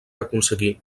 aconseguir